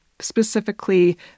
specifically